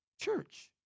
church